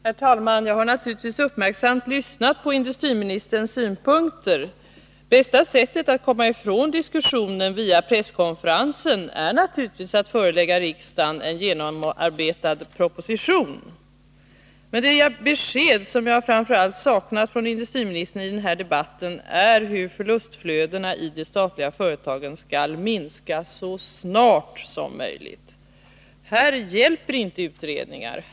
Herr talman! Jag har naturligtvis uppmärksamt lyssnat på industriministerns synpunkter. Bästa sättet att komma ifrån diskussionen via presskonferensen är naturligtvis att förelägga riksdagen en genomarbetad proposition. Men det besked som jag framför allt saknar från industriministern i den här debatten är hur förlustflödena i de statliga företagen skall minska så snart som möjligt. Här hjälper inte utredningar.